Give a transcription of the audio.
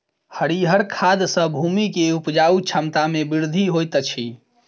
हरीयर खाद सॅ भूमि के उपजाऊ क्षमता में वृद्धि होइत अछि